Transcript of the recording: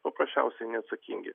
paprasčiausiai neatsakingi